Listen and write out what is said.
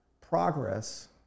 progress